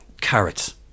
Carrots